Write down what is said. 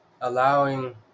allowing